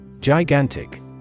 Gigantic